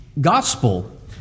gospel